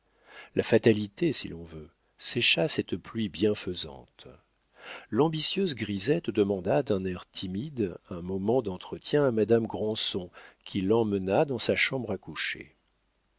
la fatalité si l'on veut sécha cette pluie bienfaisante l'ambitieuse grisette demanda d'un air timide un moment d'entretien à madame granson qui l'emmena dans sa chambre à coucher